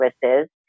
services